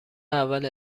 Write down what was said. اول